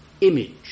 image